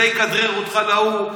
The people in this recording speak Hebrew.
זה יכדרר אותך להוא,